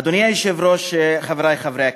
אדוני היושב-ראש, חברי חברי הכנסת,